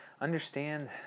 understand